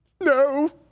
No